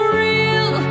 real